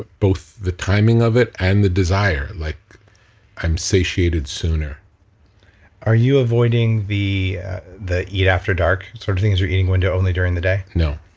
both the timing of it and the desire, like i'm satiated sooner are you avoiding the the eat after dark sort of thing as you're eating window only during the day? no.